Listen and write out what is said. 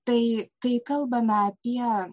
tai kai kalbame apie